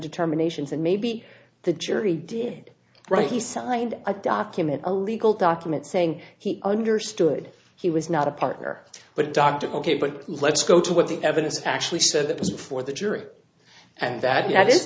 determinations and maybe the jury did write he signed a document a legal document saying he understood he was not a partner but dr ok but let's go to what the evidence actually said that was before the jury and that i